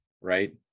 right